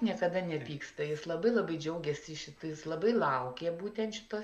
niekada nepyksta jis labai labai džiaugėsi šitais labai laukė būtent šitos